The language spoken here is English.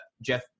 Jeff